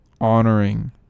honoring